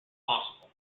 possible